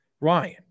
Ryan